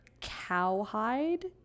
cowhide